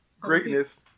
Greatness